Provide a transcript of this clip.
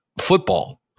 football